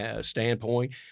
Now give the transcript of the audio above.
standpoint